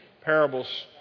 parables